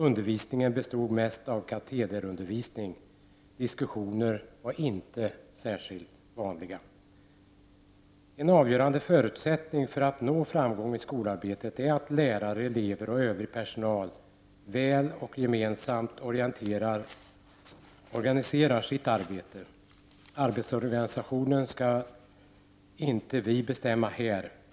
Undervisningen bestod mest av katederundervisning. Diskussioner var inte särskilt vanliga. En avgörande förutsättning för att nå framgång i skolarbetet är att lärare, elever och övrig personal väl och gemensamt organiserar sitt arbete. Arbetsorganisationen skall inte vi bestämma här.